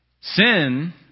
Sin